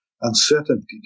Uncertainty